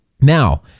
Now